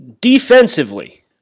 Defensively